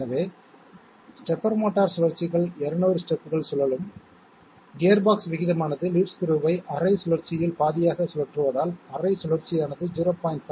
எனவே stepper motor சுழற்சிகள் 200 ஸ்டெப்கள் சுழலும் கியர்பாக்ஸ் விகிதமானது லீட் ஸ்க்ரூவை அரை சுழற்சியில் பாதியாக சுழற்றுவதால் அரை சுழற்சியானது 0